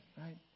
right